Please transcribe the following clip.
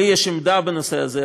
לי יש עמדה בנושא הזה,